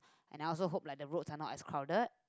and I also hope like the roads are not as crowded